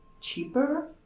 cheaper